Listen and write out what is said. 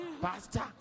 Pastor